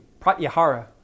Pratyahara